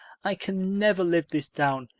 i can never live this down.